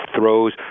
throws